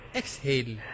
exhale